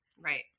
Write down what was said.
right